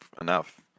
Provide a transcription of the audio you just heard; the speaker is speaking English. enough